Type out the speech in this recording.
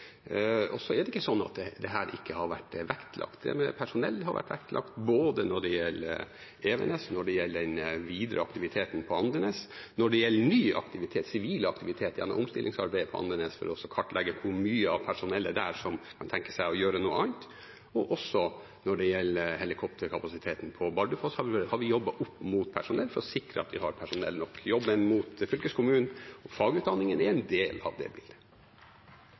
er ikke sånn at dette ikke har vært vektlagt. Personell har vært vektlagt både når det gjelder Evenes, når det gjelder den videre aktiviteten på Andenes, og når det gjelder ny aktivitet, sivil aktivitet, gjennom omstillingsarbeidet på Andenes for å kartlegge hvor mye av personellet der som kan tenke seg å gjøre noe annet. Også når det gjelder helikopterkapasiteten på Bardufoss, har vi jobbet med personell for å sikre at vi har personell nok. Jobben mot fylkeskommunen, fagutdanningen, er en del av det bildet.